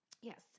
Yes